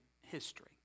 history